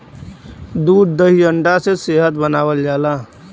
दूध दही अंडा से सेहत बनावल जाला